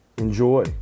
Enjoy